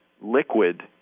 liquid